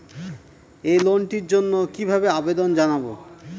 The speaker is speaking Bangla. এই লোনটির জন্য কিভাবে আবেদন জানাবো?